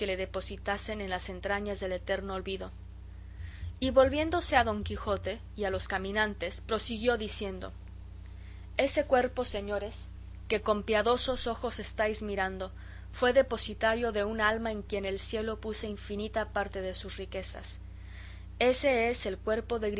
le depositasen en las entrañas del eterno olvido y volviéndose a don quijote y a los caminantes prosiguió diciendo ese cuerpo señores que con piadosos ojos estáis mirando fue depositario de un alma en quien el cielo puso infinita parte de sus riquezas ése es el cuerpo de